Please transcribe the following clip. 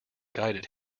guided